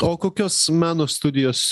o kokios meno studijos